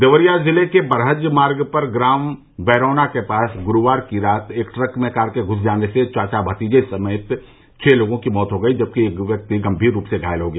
देवरिया जिले के बरहज मार्ग पर ग्राम बैरवना के पास गुरूवार की रात एक ट्रक में कार के घुस जाने से चाचा भतीजे समेत छः लोगों की मौत हो गयी जबकि एक व्यक्ति गम्भीर रूप से घायल हो गया